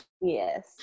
Yes